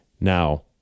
Now